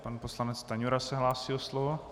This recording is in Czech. Pan poslanec Stanjura se hlásí o slovo.